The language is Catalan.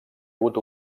hagut